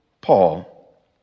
Paul